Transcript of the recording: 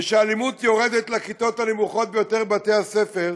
ושהאלימות יורדת לכיתות הנמוכות ביותר בבתי הספר,